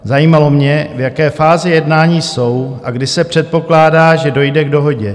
Zajímalo mě, v jaké fázi jednání jsou a kdy se předpokládá, že dojde k dohodě.